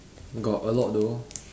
got a lot though